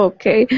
Okay